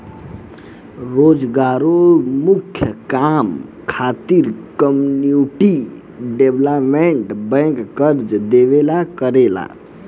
रोजगारोन्मुख काम खातिर कम्युनिटी डेवलपमेंट बैंक कर्जा देवेला करेला